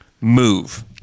move